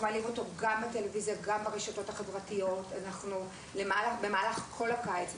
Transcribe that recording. אנחנו מעלים אותו גם בטלוויזיה וגם ברשתות החברתיות במהלך כל הקיץ.